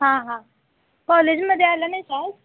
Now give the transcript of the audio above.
हां हां कॉलेजमध्ये आला नाही का आज